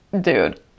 dude